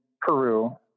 Peru